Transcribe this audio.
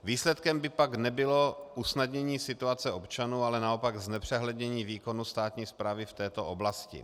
Výsledkem by pak nebylo usnadnění situace občanů, ale naopak znepřehlednění výkonu státní správy v této oblasti.